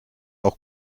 auch